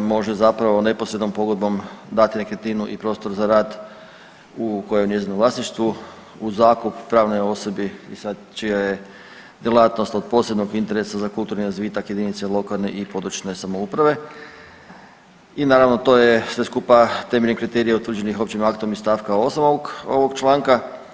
može zapravo neposrednom pogodbom dati nekretninu i prostor za rad koja je u njezinu vlasništvu u zakup pravnoj osobi i sad čija je djelatnost od posebnog interesa za kulturni razvitak jedinice lokalne i područne samouprave i naravno to je sve skupa temeljem kriterija utvrđenih općim aktom iz st. 8. ovog člana.